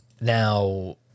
Now